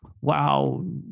wow